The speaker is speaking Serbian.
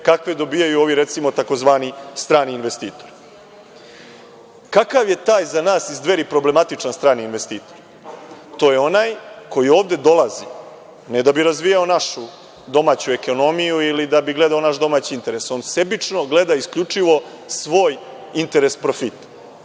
kakve dobijaju ovi, recimo, takozvani strani investitori. Kakav je taj za nas iz Dveri problematičan strani investitor? To je onaj koji ovde dolazi, ne da bi razvijao našu domaću ekonomiju ili da bi gledao naš domaći interes, on sebično gleda isključivo svoj interes profita.